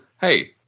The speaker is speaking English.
hey